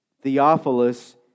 Theophilus